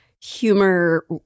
humor